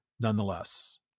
nonetheless